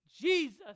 Jesus